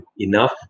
enough